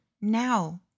now